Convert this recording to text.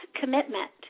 commitment